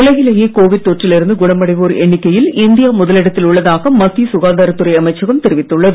உலகிலேயே கோவிட் தொற்றில் இருந்து குணமடைவோர் எண்ணிக்கையில் இந்தியா முதலிடத்தில் உள்ளதாக மத்திய சுகாதாரத் துறை அமைச்சகம் தெரிவித்துள்ளது